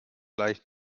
leicht